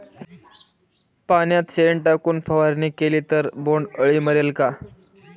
पाण्यात शेण टाकून फवारणी केली तर बोंडअळी मरेल का?